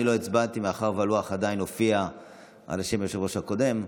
אני לא הצבעתי מאחר שעל הלוח עדיין הופיע שם היושב-ראש הקודם,